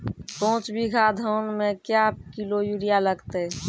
पाँच बीघा धान मे क्या किलो यूरिया लागते?